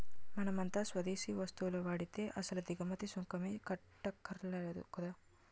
మనమంతా స్వదేశీ వస్తువులు వాడితే అసలు దిగుమతి సుంకమే కట్టక్కర్లేదు కదా